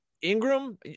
Ingram